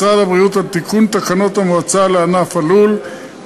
משרד הבריאות על תיקון תקנות המועצה לענף הלול,